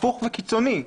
הפוך וקיצוני,